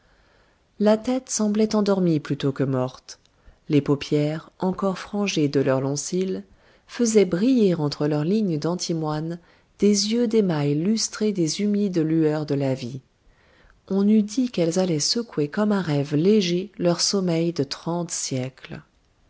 la tête semblait endormie plutôt que morte les paupières encore frangées de leurs longs cils faisaient briller entre leurs lignes d'antimoine des yeux d'émail lustrés des humides lueurs de la vie on eût dit qu'elles allaient secouer comme un rêve léger leur sommeil de trente siècles